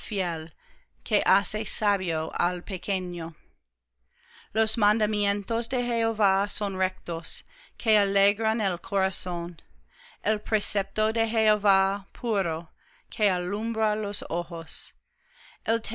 que hace sabio al pequeño los mandamientos de jehová son rectos que alegran el corazón el precepto de jehová puro que alumbra los ojos